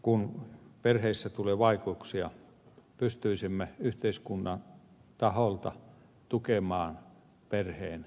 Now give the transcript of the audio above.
kun perheissä tulee vaikeuksia tulisi pystyä yhteiskunnan taholta tukemaan perheen eheyttä